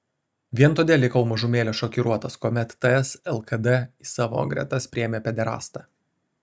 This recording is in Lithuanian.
vien todėl likau mažumėlę šokiruotas kuomet ts lkd į savo gretas priėmė pederastą